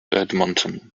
edmonton